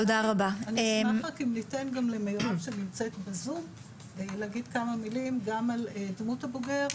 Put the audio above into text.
אשמח אם ניתן גם למירב שנמצאת בזום לומר מספר מלים גם על דמות הבוגר,